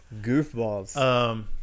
goofballs